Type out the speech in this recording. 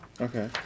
Okay